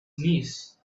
knees